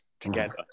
together